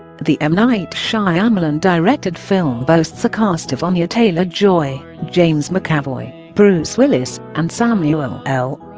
the m. night shyamalan directed film boasts a cast of anya taylor-joy, james mcavoy, bruce willis, and samuel l